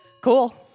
Cool